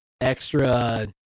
extra